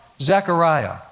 Zechariah